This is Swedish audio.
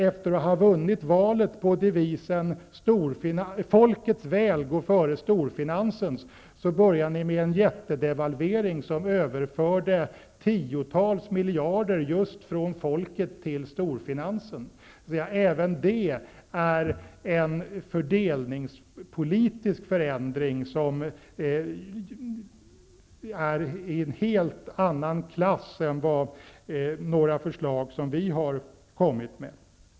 Efter att ha vunnit valet på devisen ''Folkets väl går före storfinansens'' började de med en jättedevalvering som överförde tiotals miljarder just från folket till storfinansen. Även det är en fördelningspolitisk förändring av en helt annan klass än vad som finns med i några förslag som vi har kommit med.